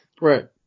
Right